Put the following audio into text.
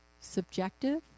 subjective